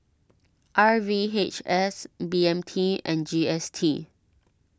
R V H S B M T and G S T